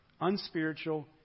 unspiritual